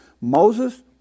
Moses